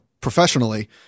professionally